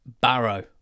Barrow